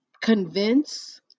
convince